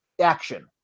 action